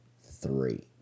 three